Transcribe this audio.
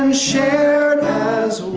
um shared as